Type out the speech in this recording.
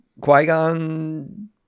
Qui-Gon